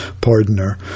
pardoner